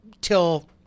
till